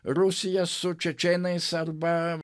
rusija su čečėnais arba